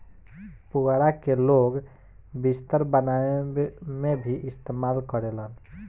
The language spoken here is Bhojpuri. पुआरा के लोग बिस्तर बनावे में भी इस्तेमाल करेलन